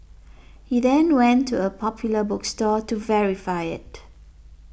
he then went to a popular bookstore to verify it